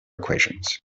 equations